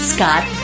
Scott